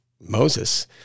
moses